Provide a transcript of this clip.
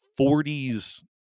40s